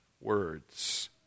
words